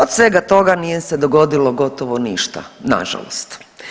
Od svega toga nije se dogodilo gotovo ništa na žalost.